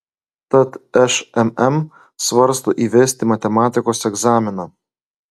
tad šmm svarsto įvesti matematikos egzaminą